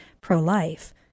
pro-life